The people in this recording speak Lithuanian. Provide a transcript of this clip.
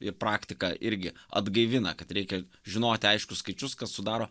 ir praktika irgi atgaivina kad reikia žinoti aiškius skaičius kas sudaro